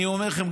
אני אומר לכם,